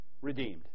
redeemed